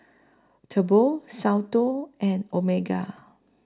Tempur Soundteoh and Omega